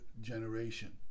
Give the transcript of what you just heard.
generation